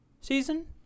season